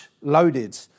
loaded